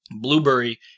Blueberry